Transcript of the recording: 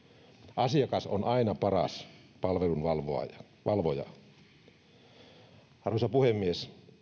asiakas on aina paras palvelun valvoja arvoisa puhemies